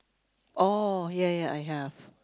oh ya ya I have